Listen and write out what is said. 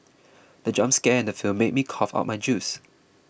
the jump scare in the film made me cough out my juice